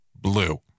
blue